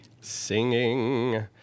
Singing